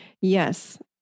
Yes